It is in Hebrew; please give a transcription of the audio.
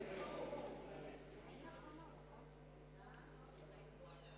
אנחנו ממשיכים בסדר-היום: החלטת ועדת